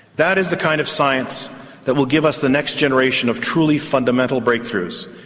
that is the kind of science that will give us the next generation of truly fundamental breakthroughs,